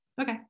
Okay